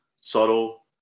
subtle